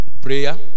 Prayer